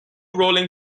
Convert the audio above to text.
rolling